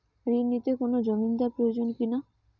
ঋণ নিতে কোনো জমিন্দার প্রয়োজন কি না?